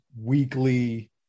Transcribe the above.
Weekly